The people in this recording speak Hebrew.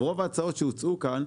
רוב ההצעות שהוצעו כאן,